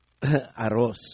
Arroz